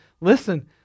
listen